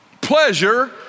pleasure